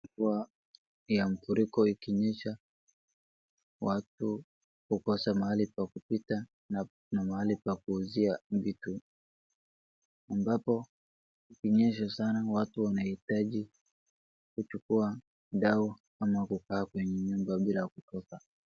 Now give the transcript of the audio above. Mvua ya mafuriko ikinyesha watu hukosa mahali pa kupita na mahali pa kuuzia vitu. Ambapo kukinyesha sana watu wanahitaji kuchukua dau ama kukaa kwenye nyumba bila kutoka.